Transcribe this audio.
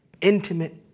intimate